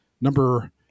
number